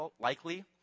likely